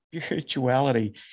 Spirituality